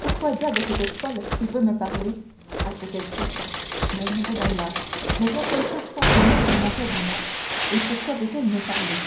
pourquoi diable cette folle qui veut me parler à ce qu'elle prétend murmurait danglars ne vient-elle pas simplement dans mon cabinet et pourquoi veut-elle me parler